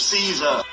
Caesar